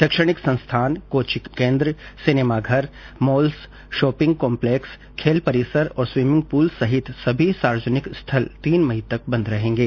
शैक्षणिक संस्थान कोचिंग केन्द्र सिनेमाघर मॉल्स शोपिंग कॉम्पलेक्स खेल परिसर और स्विमिंग पूल सहित सभी सार्वजनिक स्थल तीन मई तक बंद रहेंगे